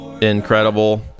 incredible